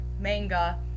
manga